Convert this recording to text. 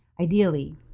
ideally